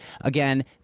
Again